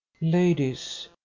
Ladies